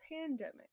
pandemic